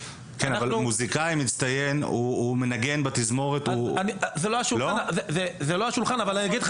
מוסיקאי מצטיין מנגן בתזמורת --- זה לא השולחן אבל אומר לך